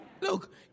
Look